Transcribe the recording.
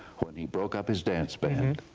when he broke up his dance band,